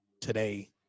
today